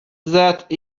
that